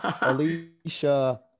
Alicia